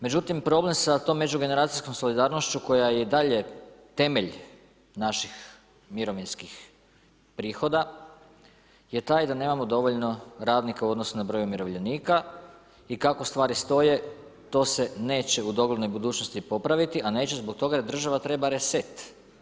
Međutim, problem sa tom međugeneracijskom solidarnošću koja je i dalje temelj naših mirovinskih prihoda je taj da nemamo dovoljno radnika u odnosu na broj umirovljenika i kako stvari stoje, to se neće u doglednoj budućnosti popraviti, a neće zbog toga jer država treba reset.